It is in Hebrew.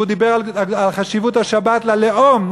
והוא דיבר על חשיבות השבת ללאום.